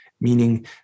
meaning